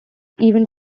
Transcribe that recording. event